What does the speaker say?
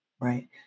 right